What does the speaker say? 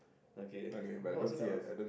okay oh so now it's